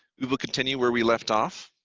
we will continue where we left off